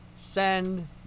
send